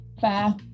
fair